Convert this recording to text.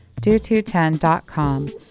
Do210.com